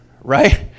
Right